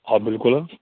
آ بِلکُل حظ